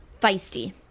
feisty